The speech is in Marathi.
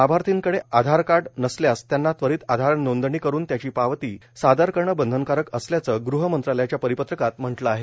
लाभार्थीकडे आधार नसल्यास त्यांना त्वरीत आधार नोंदणी करुन त्याची पावती सादर करणं बंधनकारक असल्याचं गृहमंत्रालयाच्या परिपत्रकात म्हटलं आहे